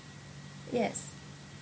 yes